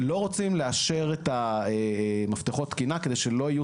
לא רוצים לאשר את מפתחות התקינה כדי שלא יהיו